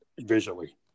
visually